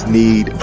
need